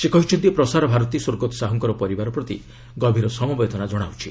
ସେ କହିଛନ୍ତି ପ୍ରସାର ଭାରତୀ ସ୍ୱର୍ଗତ ସାହୁଙ୍କ ପରିବାର ପ୍ରତି ଗଭୀର ସମବେଦନା ଜଣାଉଛି